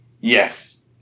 Yes